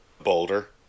Boulder